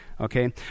Okay